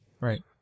right